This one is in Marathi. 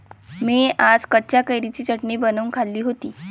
मी आज कच्च्या कैरीची चटणी बनवून खाल्ली होती